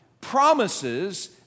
promises